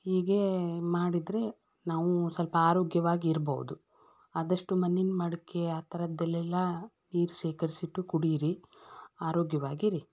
ಹೀಗೆ ಮಾಡಿದರೆ ನಾವು ಸ್ವಲ್ಪ ಆರೋಗ್ಯವಾಗಿ ಇರ್ಬೌದು ಆದಷ್ಟು ಮಣ್ಣಿನ ಮಡಕೆ ಆ ಥರದ್ದೆಲ್ಲೆಲ್ಲ ನೀರು ಶೇಖರಿಸಿಟ್ಟು ಕುಡಿಯಿರಿ ಆರೋಗ್ಯವಾಗಿರಿ